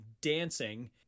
dancing